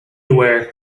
aware